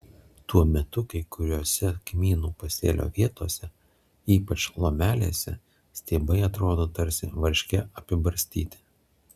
tuo metu kai kuriose kmynų pasėlio vietose ypač lomelėse stiebai atrodo tarsi varške apibarstyti